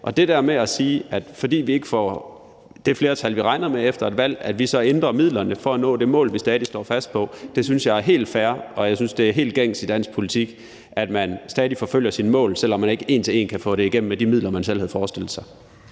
Det der med at sige, at når vi ikke har fået det flertal, vi regnede med, efter et valg, så ændrer vi midlerne for at nå det mål, vi stadig står fast på, synes jeg er helt fair. Jeg synes, det er helt gængs i dansk politik, at man stadig forfølger sit mål, selv om man ikke en til en kan nå det med de midler, man selv havde forestillet sig